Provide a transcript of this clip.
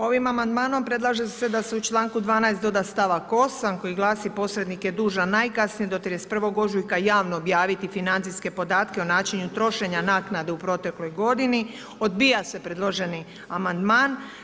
Ovim amandmanom predlaže se da se u čl. 12. doda stavak 8. koji glasi, posrednik je dužan najkasnije do 31. ožujka javno objaviti financijske podatke o načinu trošenja naknada u protekloj g. odbija se predloženi amandman.